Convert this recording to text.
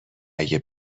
اگه